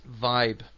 vibe